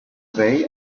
way